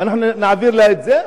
אנחנו נעביר לה את זה,